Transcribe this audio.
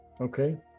okay